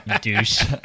Douche